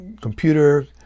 computer